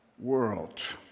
world